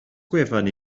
gwefan